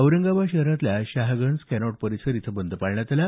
औरंगाबाद शहरातल्या शहागंज कॅनॉट परिसर इथं बंद पाळण्यात आला